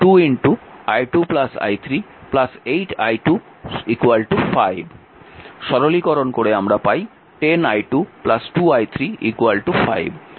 সরলীকরণ করে পাই 10 i2 2 i3 5